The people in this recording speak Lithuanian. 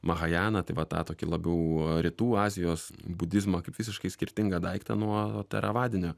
mahajaną tai va tą tokį labiau rytų azijos budizmą kaip visiškai skirtingą daiktą nuo taravadinio